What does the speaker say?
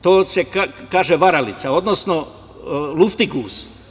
To se kaže varalica, odnosno luftiguz.